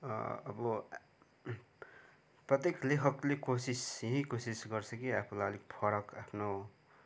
अब प्रत्येक लेखकले कोसिस यही कोसिस गर्छ कि आफूलाई अलिक फरक आफ्नो